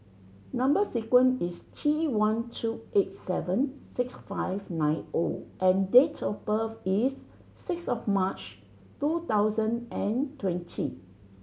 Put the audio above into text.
number sequence is T one two eight seven six five nine O and date of birth is six of March two thousand and twenty